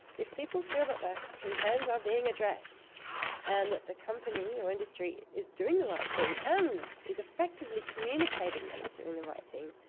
if people feel that their concerns are being addressed and that the company or industry is doing the right thing and is effectively communicating that it's doing the right thing,